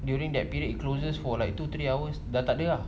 during that period it closes for like two three hours the dah takde ah